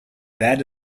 that